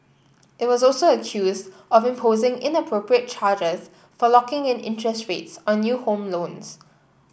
it was also accused of imposing inappropriate charges for locking in interest rates on new home loans